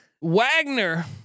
Wagner